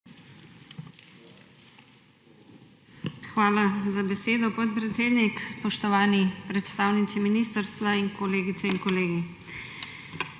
Hvala za besedo, podpredsednik. Spoštovani predstavniki Vlade, kolegice in kolegi!